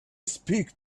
speak